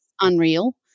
unreal